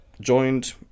joined